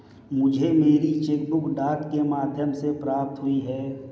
मुझे मेरी cheque book डाक के माध्यम से प्राप्त हुई है